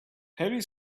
harry